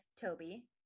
Toby